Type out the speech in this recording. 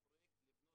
הכול,